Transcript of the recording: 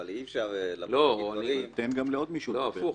אבל אי אפשר --- תן גם לעוד מישהו לדבר.